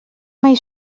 mai